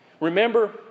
Remember